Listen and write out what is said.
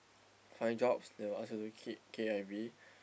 find jobs they will ask you to keep K_I_V